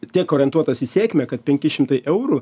tiek orientuotas į sėkmę kad penki šimtai eurų